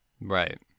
Right